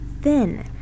thin